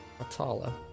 Atala